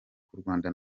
rwanda